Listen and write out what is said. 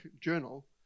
Journal